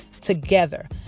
together